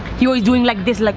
he always doing like this. like.